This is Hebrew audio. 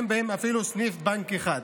אין בהם אפילו סניף בנק אחד.